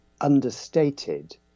understated